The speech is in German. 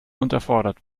unterfordert